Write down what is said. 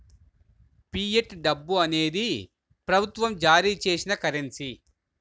fiat డబ్బు అనేది ప్రభుత్వం జారీ చేసిన కరెన్సీ